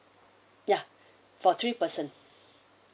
ya for three person